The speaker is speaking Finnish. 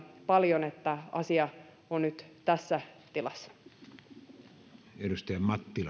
paljon että asia on nyt tässä tilassa arvoisa